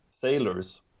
sailors